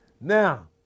Now